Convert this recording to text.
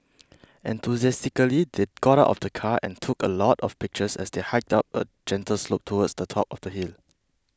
enthusiastically they got out of the car and took a lot of pictures as they hiked up a gentle slope towards the top of the hill